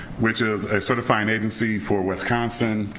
which is a certifying agency for wisconsin,